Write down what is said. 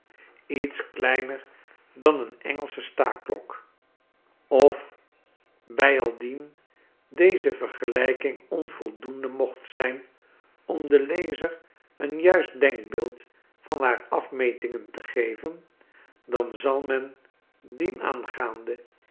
kleerenkast ietskleiner dan een engelsche staanklok of bijaldien deze vergelijking onvoldoende mocht zyn om den lezer een juist denkbeeld van haar afmetingen te geven dan zal men dienaangaande